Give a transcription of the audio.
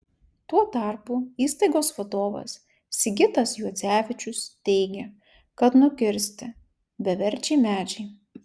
tuo tarpu įstaigos vadovas sigitas juodzevičius teigia kad nukirsti beverčiai medžiai